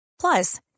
Plus